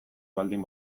baldin